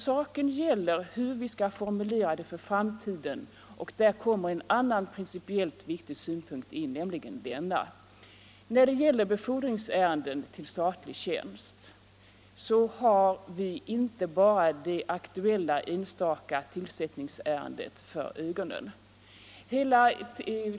Saken gäller hur vi skall formulera för framtiden. Då kommer en annan principiellt viktig synpunkt in i bilden, nämligen följande. När det gäller befordringar inom statlig tjänst har vi inte bara det enstaka aktuella tillsättningsärendet för ögonen.